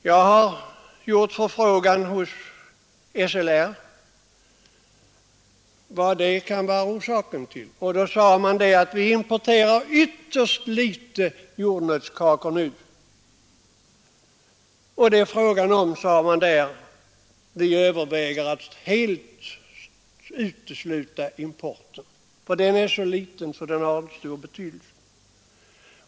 Jag har gjort en förfrågan hos SLR om vad som kan vara orsaken, och man har svarat att man importerar ytterst litet jordnötskakor nu och överväger att helt sluta med importen, eftersom den är så liten att den inte har någon stor betydelse.